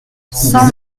cent